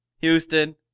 Houston